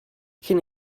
cyn